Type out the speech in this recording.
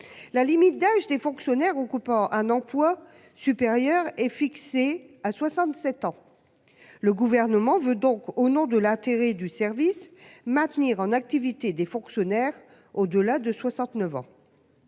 La limite d'âge des fonctionnaires ou coupants un emploi supérieur est fixé à 67 ans. Le gouvernement veut donc au nom de l'intérêt du service maintenir en activité des fonctionnaires au-delà de 69 ans.